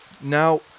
Now